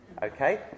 Okay